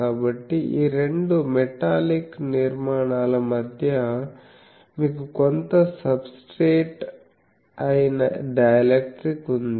కాబట్టి ఈ రెండు మెటాలిక్ నిర్మాణాల మధ్య మీకు కొంత సబ్స్ట్రేట్ అయిన డైఎలక్ట్రిక్ ఉంది